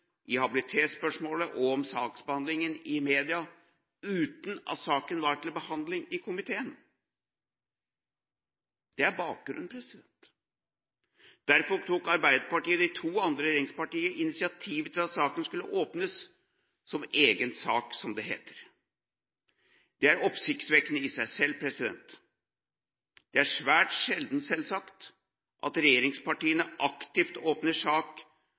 i habilitetsspørsmålet og om saksbehandlingen i media, uten at saken var til behandling i komiteen. Det er bakgrunnen. Derfor tok Arbeiderpartiet og de to andre regjeringspartiene initiativ til at saken skulle åpnes som egen sak, som det heter. Det er oppsiktsvekkende i seg selv. Det er svært sjelden, selvsagt, at regjeringspartiene aktivt åpner sak